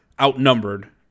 outnumbered